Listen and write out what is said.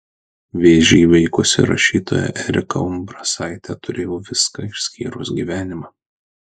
vėžį įveikusi rašytoja erika umbrasaitė turėjau viską išskyrus gyvenimą